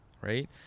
Right